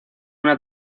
una